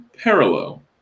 parallel